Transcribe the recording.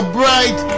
bright